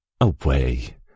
Away